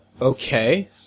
Okay